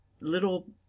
little